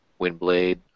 Windblade